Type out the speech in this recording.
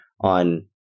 on